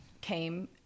came